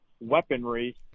weaponry